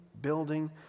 building